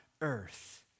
earth